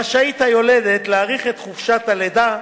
רשאית להאריך את חופשת הלידה.